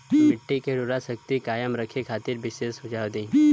मिट्टी के उर्वरा शक्ति कायम रखे खातिर विशेष सुझाव दी?